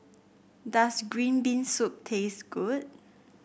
does Green Bean Soup taste good